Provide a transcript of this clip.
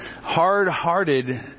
hard-hearted